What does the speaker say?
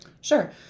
Sure